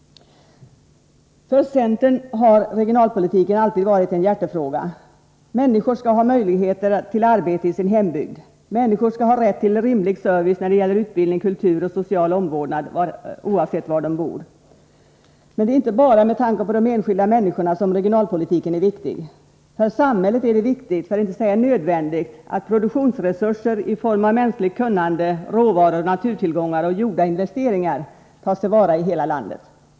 För centern har regionalpolitiken alltid varit en hjärtefråga. Människor skall ha möjligheter till arbete i sin hembygd. Människor skall ha rätt till rimlig service när det gäller utbildning, kultur och social omvårdnad, oavsett var de bor. Men det är inte bara med tanke på de enskilda människorna som regionalpolitiken är viktig. För samhället är det viktigt, för att inte säga nödvändigt, att produktionsresurser i form av mänskligt kunnande, råvaror och naturtillgångar och gjorda investeringar tas till vara i hela landet.